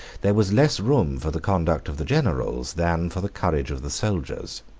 there was less room for the conduct of the generals than for the courage of the soldiers.